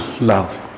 love